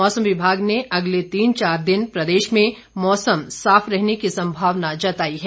मौसम विभाग ने अगले तीन चार दिन प्रदेश में मौसम साफ रहने की संभावना जताई है